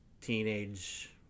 teenage